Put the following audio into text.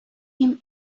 him